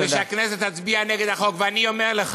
גם אתה מוגבל בעשר דקות.